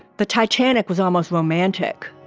the titanic was almost romantic,